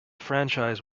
franchise